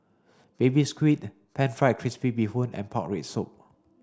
baby squid pan fried crispy bee Hoon and pork rib soup